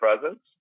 presence